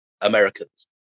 Americans